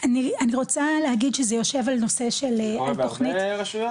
אני רוצה להגיד שזה יושב על נושא של התוכנית --- זה בעוד הרבה רשויות?